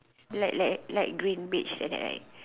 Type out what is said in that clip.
like like light green beige that kind right